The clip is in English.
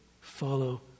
follow